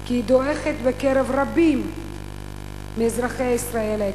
כי היא דועכת בקרב רבים מאזרחי ישראל היקרים.